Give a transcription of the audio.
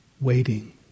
waiting